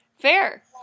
fair